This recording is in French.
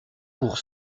pour